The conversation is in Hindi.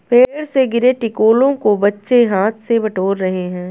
पेड़ से गिरे टिकोलों को बच्चे हाथ से बटोर रहे हैं